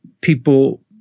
people